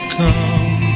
come